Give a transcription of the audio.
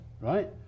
right